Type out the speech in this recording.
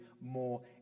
more